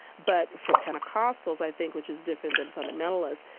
but for pentecostals, i think, which is different than fundamentalists,